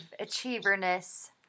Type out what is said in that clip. achieverness